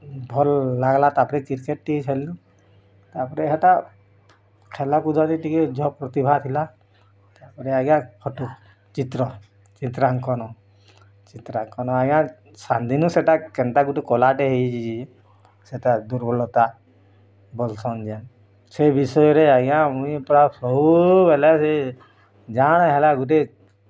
ଭଲ ଲାଗିଲା୍ ତା ପରେ କ୍ରିକେଟ୍ ଟିକେ ଖେଲିଲୁ ତା'ପରେ ହେଟା୍ ଖେଲ କୁଦରେ ଟିକେ ଝ ପ୍ରତିଭା୍ ଥିଲା ତା'ପରେ ଆଜ୍ଞା ଫଟୁ ଚିତ୍ର ଚିତ୍ରାଙ୍କନ ଚିତ୍ରାଙ୍କନ ଆଜ୍ଞା୍ ସାନ୍ ଦିନ ସେଇଟା କେନ୍ତା ଗୋଟେ କଳାଟେ ହେଇଯାଇଛି ସେଇଟା ଦୁର୍ବଳତା ସେ ବିଷୟରେ ଆଜ୍ଞା ମୁଇଁ ପ୍ରାୟ ସବୁବେଳେ ସେ ଯାଆଁଟା ହେଲେ ଗୋଟେ